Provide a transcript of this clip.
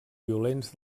violents